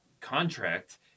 contract